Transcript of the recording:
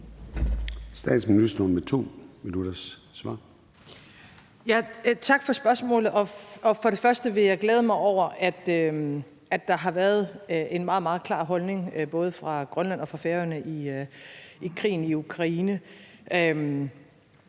Tak for spørgsmålet. For det første vil jeg glæde mig over, at der har været en meget, meget klar holdning fra både Grønland og Færøernes side til krigen i Ukraine.